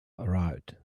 arrived